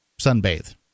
sunbathe